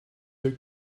your